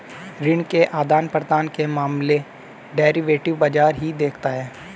ऋण के आदान प्रदान के मामले डेरिवेटिव बाजार ही देखता है